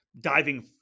diving